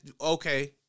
okay